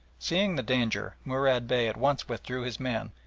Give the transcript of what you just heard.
seeing the danger, murad bey at once withdrew his men,